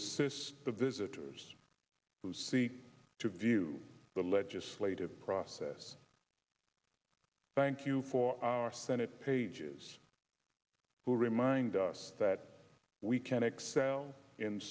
assist the visitors who seek to view the legislative process thank you for our senate pages who remind us that we can excel in